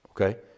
okay